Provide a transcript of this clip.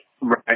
Right